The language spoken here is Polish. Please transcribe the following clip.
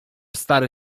stary